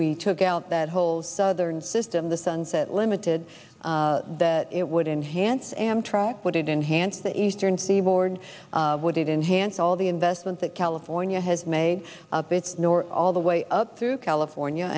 we took out that whole southern system the sunset limited that it would enhance amtrak but it enhanced the eastern seaboard would it enhanced all the investments that california has made up its nor all the way up through california